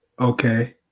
Okay